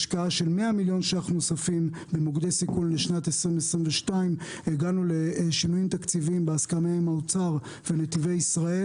השקעת 100 מיליון ₪ נוספים במוקדי סיכון לשנת 2022. הגענו לשינויים תקציבים בהסכמה עם האוצר ונתיבי ישראל